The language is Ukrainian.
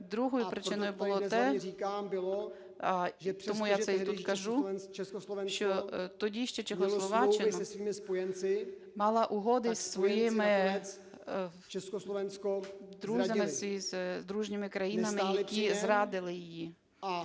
Другою причиною було те, тому я це і тут кажу, що тоді ще Чехословаччина мала угоди зі своїми друзями, з дружніми країнами, які зрадили її,